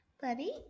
buddy